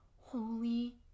holy